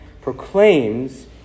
proclaims